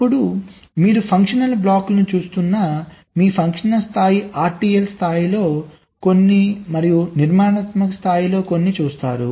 అప్పుడు మీరు ఫంక్షనల్ బ్లాకులను చూస్తున్న మీ ఫంక్షనల్ స్థాయి ఆర్టీఎల్ స్థాయిలో కొన్ని మరియు నిర్మాణాత్మక స్థాయి లో కొన్ని చూస్తారు